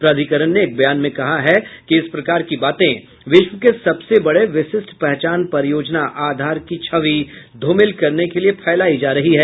प्राधिकरण ने एक बयान में कहा है कि इस प्रकार की बातें विश्व के सबसे बड़े विशिष्ट पहचान परियोजना आधार की छवि धूमिल करने के लिये फैलायी जा रही है